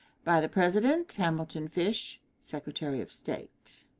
by the president hamilton fish, secretary of state.